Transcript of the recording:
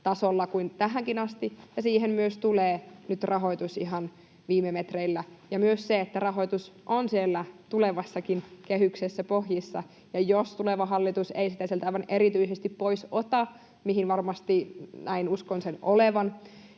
kuin tähänkin asti ja siihen myös tulee nyt rahoitus ihan viime metreillä. Ja rahoitus on myös tulevassa kehyksessä pohjissa, ja jos tuleva hallitus ei sitä sieltä aivan erityisesti pois ota, kuten uskon sen olevan,